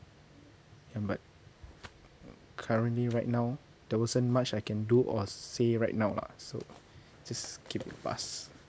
and but currently right now there wasn't much I can do or say right now lah so just keep in past